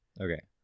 Okay